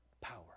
power